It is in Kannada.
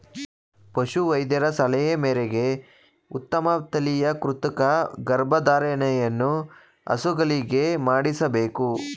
ಪಶು ವೈದ್ಯರ ಸಲಹೆ ಮೇರೆಗೆ ಉತ್ತಮ ತಳಿಯ ಕೃತಕ ಗರ್ಭಧಾರಣೆಯನ್ನು ಹಸುಗಳಿಗೆ ಮಾಡಿಸಬೇಕು